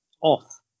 off